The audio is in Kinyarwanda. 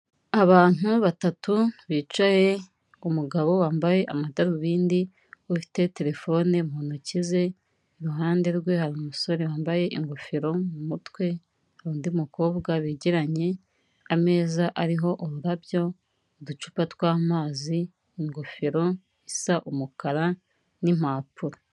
Abantu batatu bicaye, umugabo wambaye amadarubindi ufite terefone mu ntoki ze, iruhande rwe hari umusore wambaye ingofero mu mutwe, hari undi mukobwa begeranye, ameza ariho ururabyo, uducupa tw'amazi, ingofero isa umukara n'impapuro.